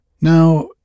Now